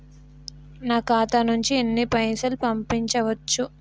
నా ఖాతా నుంచి ఎన్ని పైసలు పంపించచ్చు?